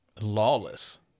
lawless